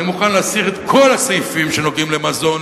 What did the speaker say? אני מוכן להסיר את כל הסעיפים שנוגעים למזון,